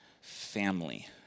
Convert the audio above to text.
family